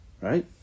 Right